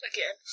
Again